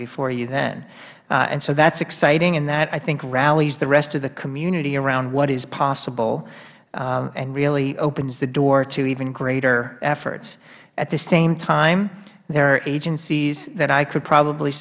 before you then and so that is exciting and that i think rallies the rest of the community around what is possible and really opens the door to even greater efforts at the same time there are agencies that i could probably